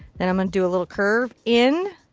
and i'm going to do a little curve in,